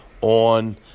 on